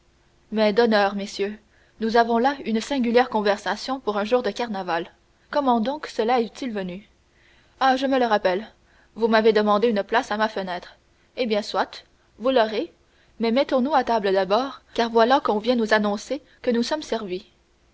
mais d'honneur messieurs nous avons là une singulière conversation pour un jour de carnaval comment donc cela est-il venu ah je me le rappelle vous m'avez demandé une place à ma fenêtre eh bien soit vous l'aurez mais mettons-nous à table d'abord car voilà qu'on vient nous annoncer que nous sommes servis